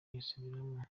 yisubiramo